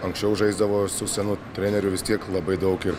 anksčiau žaisdavo su senu treneriu vis tiek labai daug ir